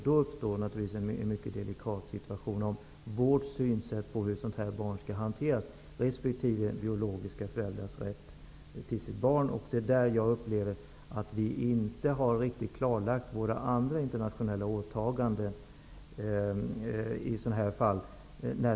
Då uppstår en mycket delikat situation som gäller vår syn på hur ett barn i ett sådant här fall skall hanteras och biologiska föräldrars rätt till sitt barn. Jag upplever att vi inte riktigt har klarlagt våra andra internationella åtaganden i sådana här fall.